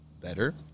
better